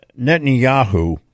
Netanyahu